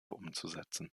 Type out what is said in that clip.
umzusetzen